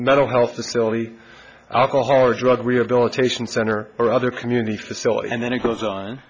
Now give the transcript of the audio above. another health facility alcohol or drug rehabilitation center or other community facility and then it goes on